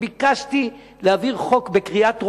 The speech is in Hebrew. ביקשתי להעביר חוק בקריאה טרומית,